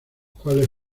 cuales